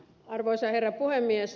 arvoisa herra puhemies